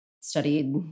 studied